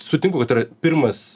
sutinku kad tai pirmas